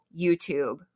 YouTube